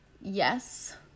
Yes